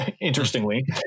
Interestingly